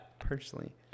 Personally